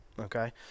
okay